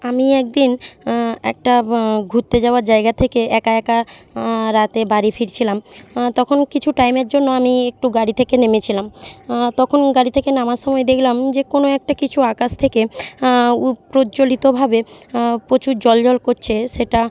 আমি এক দিন একটা ঘুরতে যাওয়ার জায়গা থেকে একা একা রাতে বাড়ি ফিরছিলাম তখন কিছু টাইমের জন্য আমি একটু গাড়ি থেকে নেমেছিলাম তখন গাড়ি থেকে নামার সময় দেখলাম যে কোনো একটা কিছু আকাশ থেকে প্রজ্জ্বলিতভাবে প্রচুর জ্বলজ্বল করছে সেটা